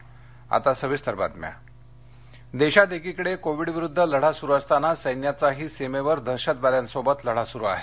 शहीद देशात एकीकडे कोविडविरुद्ध लढा सुरु असताना सैन्याचाही सीमेवर दहशतवाद्यांसोबत लढा सुरुच आहे